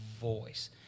voice